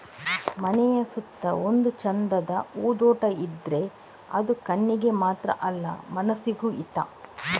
ಮನೆಯ ಸುತ್ತ ಒಂದು ಚಂದದ ಹೂದೋಟ ಇದ್ರೆ ಅದು ಕಣ್ಣಿಗೆ ಮಾತ್ರ ಅಲ್ಲ ಮನಸಿಗೂ ಹಿತ